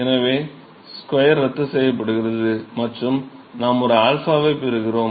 எனவே ஸ்கொயர் ரத்து செய்யப்படுகிறது மற்றும் நாம் ஒரு 𝞪 ஐப் பெறுகிறோம்